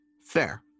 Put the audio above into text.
Fair